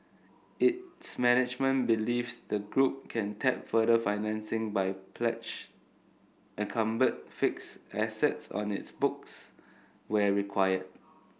its management believes the group can tap further financing by pledg encumbered fixed assets on its books where required